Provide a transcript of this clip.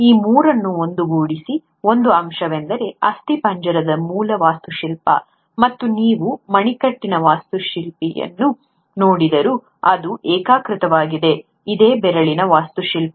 ಈ ಮೂರನ್ನೂ ಒಂದುಗೂಡಿಸುವ ಒಂದು ಅಂಶವೆಂದರೆ ಅಸ್ಥಿಪಂಜರದ ಮೂಲ ವಾಸ್ತುಶಿಲ್ಪ ಮತ್ತು ನೀವು ಮಣಿಕಟ್ಟಿನ ವಾಸ್ತುಶೈಲಿಯನ್ನು ನೋಡಿದರೂ ಅದು ಏಕೀಕೃತವಾಗಿದೆ ಆದೇ ಬೆರಳಿನ ವಾಸ್ತುಶಿಲ್ಪ